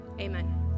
Amen